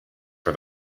for